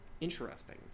interesting